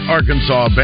Arkansas